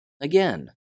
Again